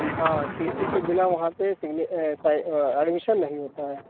हाँ T C के बिना वहाँ पर सिग्न साइ अड्मिशन नहीं होता है